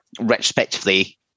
retrospectively